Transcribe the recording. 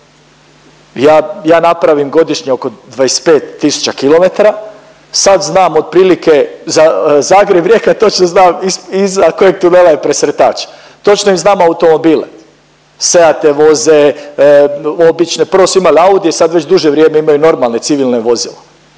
ja napravim godišnje oko 25 tisuća km, sad znam otprilike, Zagreb-Rijeka točno znam iza kojeg tunela je presretač, točno im znam automobile, Seate voze, obične, prvo su imali Audije, sad već duže vrijeme imaju normalne civilne vozila.